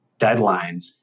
deadlines